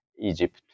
Egypt